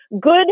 good